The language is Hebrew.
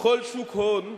בכל שוק הון,